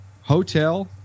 hotel